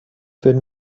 würden